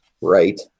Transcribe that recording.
right